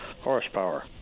horsepower